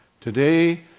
Today